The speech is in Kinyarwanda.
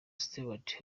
stewart